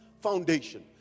foundation